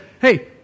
hey